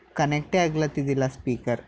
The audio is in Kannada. ಕನೆಕ್ಟೇ ಆಗ್ಲತಿದಿಲ್ಲ ಸ್ಪೀಕರ್